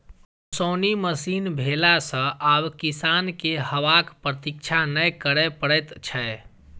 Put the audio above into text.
ओसौनी मशीन भेला सॅ आब किसान के हवाक प्रतिक्षा नै करय पड़ैत छै